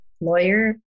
lawyer